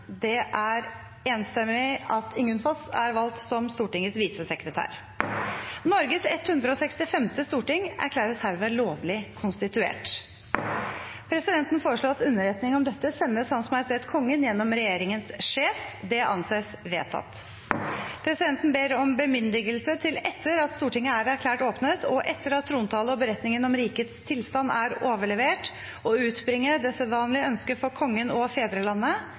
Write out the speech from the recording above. Norges 165. storting erklæres herved lovlig konstituert. Presidenten foreslår at underretning om dette sendes Hans Majestet Kongen gjennom regjeringens sjef. – Det anses vedtatt. Presidenten ber om bemyndigelse til, etter at Stortinget er erklært åpnet og etter at trontale og beretningen om rikets tilstand er overlevert, å utbringe det sedvanlige ønske for Kongen og fedrelandet